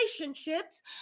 relationships